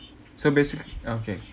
so basic~ okay